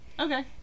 Okay